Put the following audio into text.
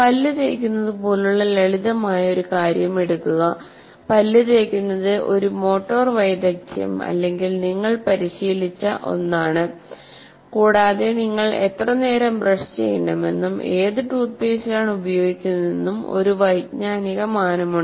പല്ല് തേക്കുന്നത് പോലുള്ള ലളിതമായ ഒരു കാര്യം എടുക്കുക പല്ല് തേയ്ക്കുന്നത് ഒരു മോട്ടോർ വൈദഗ്ദ്ധ്യം അല്ലെങ്കിൽ നിങ്ങൾ പരിശീലിച്ച ഒന്നാണ് കൂടാതെ നിങ്ങൾ എത്രനേരം ബ്രഷ് ചെയ്യണമെന്നും ഏത് ടൂത്ത് പേസ്റ്റാണ് ഉപയോഗിക്കുന്നതെന്നും ഒരു വൈജ്ഞാനിക മാനമുണ്ട്